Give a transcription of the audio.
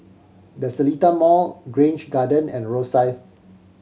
The Seletar Mall Grange Garden and Rosyth